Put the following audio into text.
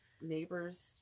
neighbor's